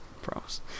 promise